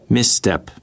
Misstep